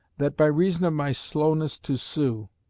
that by reason of my slowness to sue,